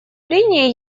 прения